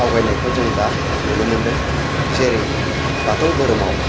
आवगायनायखौ जों दा नुनो मोनदों जेरै बाथौ धोरोमाव